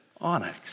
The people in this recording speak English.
onyx